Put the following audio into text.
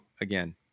again